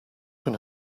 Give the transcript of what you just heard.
can